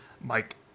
Mike